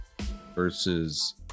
versus